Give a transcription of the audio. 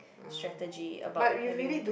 strategy about having br~